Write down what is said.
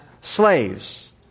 slaves